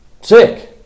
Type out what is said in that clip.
Sick